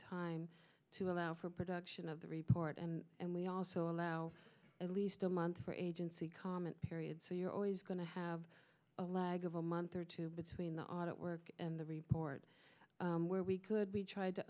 time to allow for production of the report and and we also allow at least a month for agency comment period so you're always going to have a leg of a month or two between the audit work and the report where we could be tried to